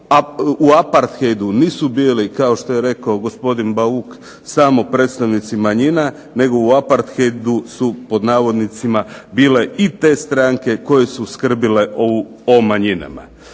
U apartheidu nisu bili kao što je rekao gospodin Bauk samo predstavnici manjina nego u apartheidu su pod navodnicima bile i te stranke koje su skrbile o manjinama.